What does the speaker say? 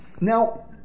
now